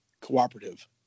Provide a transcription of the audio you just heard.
cooperative